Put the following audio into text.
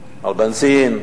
על בנזין,